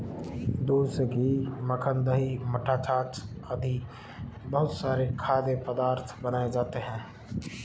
दूध से घी, मक्खन, दही, मट्ठा, छाछ आदि बहुत सारे खाद्य पदार्थ बनाए जाते हैं